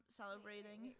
celebrating